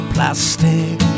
Plastic